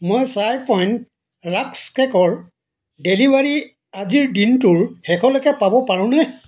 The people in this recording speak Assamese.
মই চাই পইণ্ট ৰাস্ক কে'কৰ ডেলিভাৰী আজিৰ দিনটোৰ শেষলৈকে পাব পাৰোঁনে